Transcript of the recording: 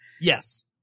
Yes